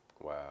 Wow